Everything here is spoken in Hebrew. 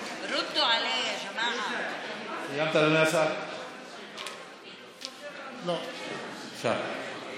ארבעה חברי הכנסת, הגישו הצעת חוק פרטית של